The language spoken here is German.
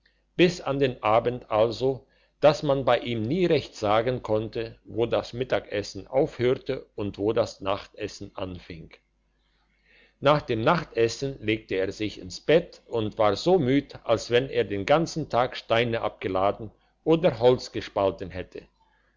bis an den abend so daß man bei ihm nie redet sagen konnte wo das mittagessen aufhörte und wo das nachtessen anfing nach dem nachtessen legte er sich ins bett und war so müd als wenn er den ganzen tag steine abgeladen oder holz gespalten hätte